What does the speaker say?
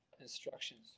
instructions